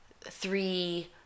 three